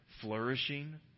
flourishing